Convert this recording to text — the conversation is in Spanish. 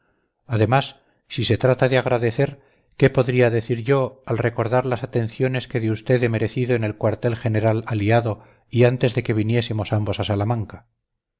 además si se trata de agradecer qué podría decir yo al recordar las atenciones que de usted he merecido en el cuartel general aliado y antes de que viniésemos ambos a salamanca